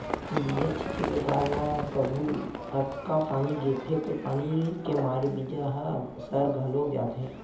बीजा छिते के बाद म कभू अतका पानी गिरथे के पानी के मारे बीजा ह सर घलोक जाथे